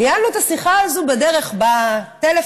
ניהלנו את השיחה הזאת בדרך, בטלפון.